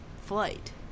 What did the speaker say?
flight